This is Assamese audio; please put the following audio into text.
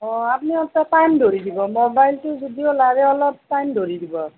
আপুনি এটা টাইম ধৰি দিব ম'বাইলটো যদিও লাগে অলপ টাইম ধৰি দিব